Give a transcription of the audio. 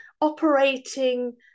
operating